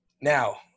now